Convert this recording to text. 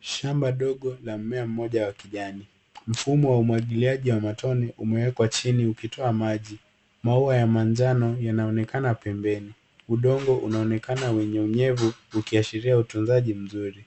Shamba dogo la mmea mmoja wa kijani. Mfumo wa umwagiliaji wa matone umewekwa chini ukitoa maji. Maua ya manjano yanaonekana pembeni. Udongo unaonekana wenye unyevu ukiashiria utunzaji mzuri.